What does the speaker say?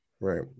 Right